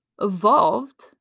evolved